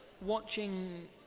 watching